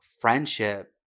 friendship